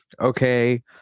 Okay